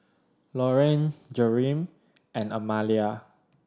Lorrayne Jereme and Amalia